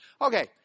Okay